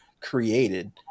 created